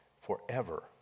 forever